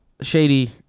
Shady